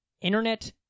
internet